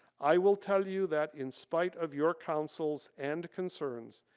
i will tell you that in spite of your counsels and concerns,